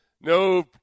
no